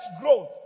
growth